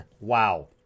Wow